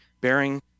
bearing